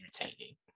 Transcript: entertaining